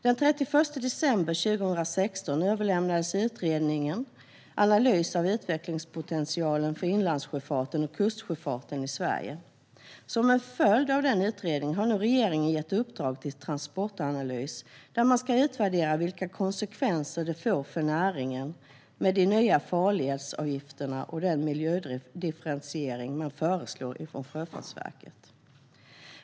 Den 31 december 2016 överlämnades till regeringen en analys av utvecklingspotentialen för inlandssjöfarten och kustsjöfarten i Sverige. Som en följd av denna utredning har regeringen nu gett Transportanalys i uppdrag att utvärdera vilka konsekvenser de nya farledsavgifterna och den miljödifferentiering som Sjöfartsverket föreslår får för näringen.